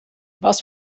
was